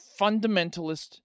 fundamentalist